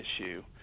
issue